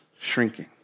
shrinking